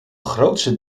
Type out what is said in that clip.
grootse